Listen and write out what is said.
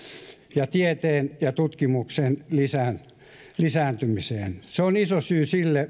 ja tieteen ja tutkimuksen lisääntymiseksi se on iso syy sille